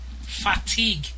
Fatigue